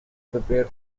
prepare